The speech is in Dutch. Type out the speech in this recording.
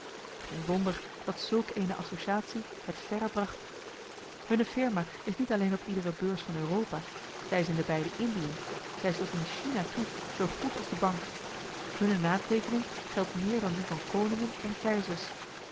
geen wonder dat zulk eene associatie het verre bragt hunne firma is niet alleen op iedere beurs van europa zij is in de beide indiën zij is tot in china toe zoo goed als de bank hunne naamteekening geldt meer dan die van koningen en keizers